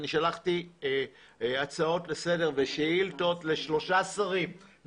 אני שלחתי הצעות לסדר ושאילתות לשלושה שרים,